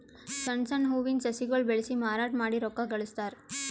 ಸಣ್ಣ್ ಸಣ್ಣ್ ಹೂವಿನ ಸಸಿಗೊಳ್ ಬೆಳಸಿ ಮಾರಾಟ್ ಮಾಡಿ ರೊಕ್ಕಾ ಗಳಸ್ತಾರ್